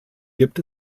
gibt